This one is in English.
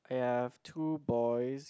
ya I have two boys